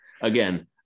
Again